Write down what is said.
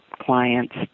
clients